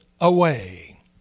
away